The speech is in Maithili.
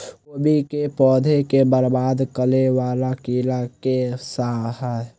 कोबी केँ पौधा केँ बरबाद करे वला कीड़ा केँ सा है?